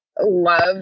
love